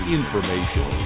information